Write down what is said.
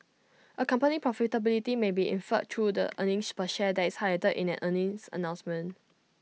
A company's profitability may be inferred through the earnings per share that is highlighted in an earnings announcement